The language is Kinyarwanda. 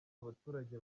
abaturage